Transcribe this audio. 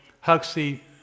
Huxley